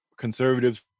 conservatives